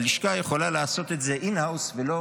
הלשכה יכולה לעשות את זה in house ולא